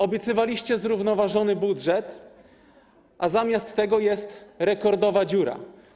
Obiecywaliście zrównoważony budżet, a zamiast tego jest rekordowa dziura.